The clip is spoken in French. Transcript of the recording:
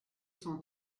cent